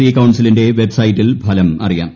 E കൌൺസിലിന്റെ വെബ്സൈറ്റിൽ ഫലം അറിയാം